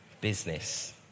business